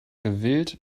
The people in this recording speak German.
gewillt